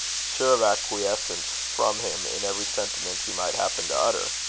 sure of acquiescence from him in every sentiment he might happen to utter.